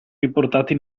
riportati